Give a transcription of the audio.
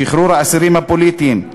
שחרור האסירים הפוליטיים,